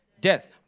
death